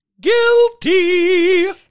Guilty